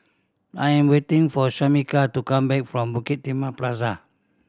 I'm waiting for Shamika to come back from Bukit Timah Plaza